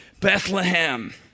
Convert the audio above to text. Bethlehem